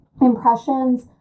impressions